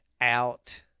out